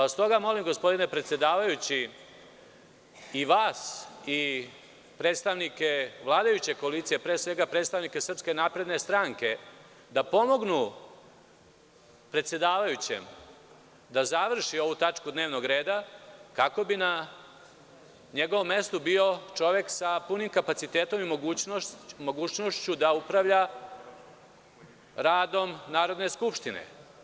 Stoga vas molim, gospodine predsedavajući, i vas i predstavnike vladajuće koalicije, pre svega predstavnike SNS, da pomognu predsedavajućem da završi ovu tačku dnevnog reda kako bi na njegovom mestu bio čovek sa punim kapacitetom i mogućnošću da upravlja radom Narodne skupštine.